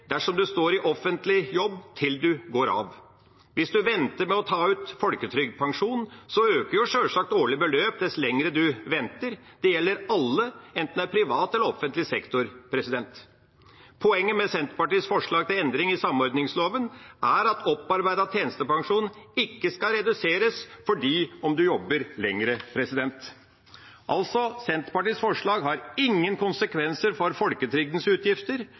dersom en er offentlig ansatt til en går av. Hvis en venter med å ta ut folketrygdpensjon, øker sjølsagt det årlige beløpet dess lenger en venter. Det gjelder alle, enten det er i privat eller i offentlig sektor. Poenget med Senterpartiets forslag til endring i samordningsloven er at opparbeidet tjenestepensjon ikke skal reduseres om en jobber lenger. Senterpartiets forslag har altså ingen konsekvenser for folketrygdens utgifter